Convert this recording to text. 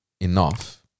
enough